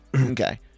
Okay